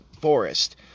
Forest